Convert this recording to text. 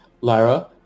Lyra